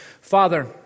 Father